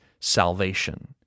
salvation